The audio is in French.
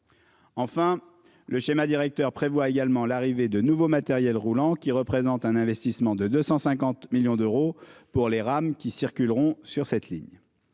Enfin le schéma directeur prévoit également l'arrivée de nouveaux matériels roulants qui représente un investissement de 250 millions d'euros pour les rames qui circuleront sur cette ligne.